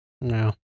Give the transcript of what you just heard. No